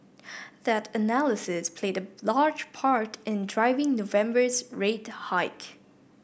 that analysis played a large part in driving November's rate hike